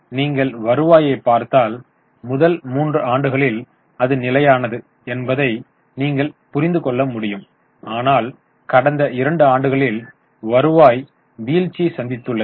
இப்போது நீங்கள் வருவாயைப் பார்த்தால் முதல் 3 ஆண்டுகளில் அது நிலையானது என்பதை நீங்கள் புரிந்து கொள்ள முடியும் ஆனால் கடந்த 2 ஆண்டுகளில் வருவாய் வீழ்ச்சியை சந்தித்துள்ளது